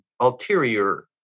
ulterior